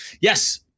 yes